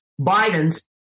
Biden's